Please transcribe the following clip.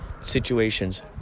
situations